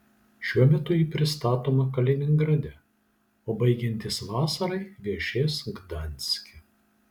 šiuo metu ji pristatoma kaliningrade o baigiantis vasarai viešės gdanske